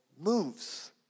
moves